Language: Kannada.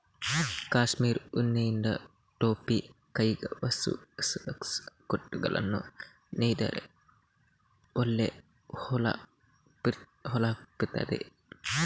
ಕಾಶ್ಮೀರ್ ಉಣ್ಣೆಯಿಂದ ಟೊಪ್ಪಿ, ಕೈಗವಸು, ಸಾಕ್ಸ್, ಕೋಟುಗಳನ್ನ ನೇಯ್ದರೆ ಒಳ್ಳೆ ಹೊಳಪಿರ್ತದೆ